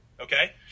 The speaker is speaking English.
okay